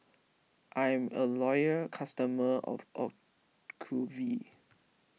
I'm a loyal customer of Ocuvite